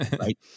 right